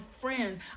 friend